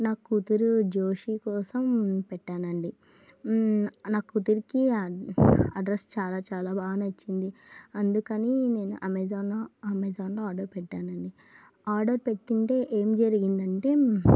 నా కుతురు జోషి కోసం పెట్టానండి నా కూతుతిరికి ఆ డ్రస్ చాలా చాలా బాగా నచ్చింది అందుకని నేను అమెజాన్న అమెజాన్లో ఆర్డర్ పెట్టానండి ఆర్డర్ పెట్టుంటే ఏమి జరిగిందంటే